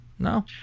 No